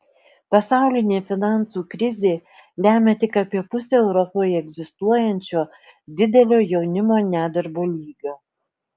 pasaulinė finansų krizė lemia tik apie pusę europoje egzistuojančio didelio jaunimo nedarbo lygio